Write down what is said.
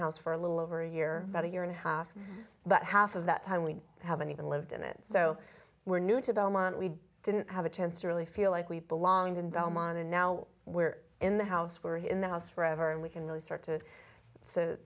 house for a little over a year about a year and a half but half of that time we haven't even lived in it so we're new to belmont we didn't have a chance to really feel like we belonged in belmont and now we're in the house we're here in the house forever and we can really start to